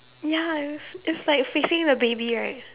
ya it's it's like facing the baby right